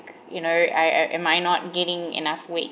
you know I am I not gaining enough weight